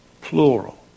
Plural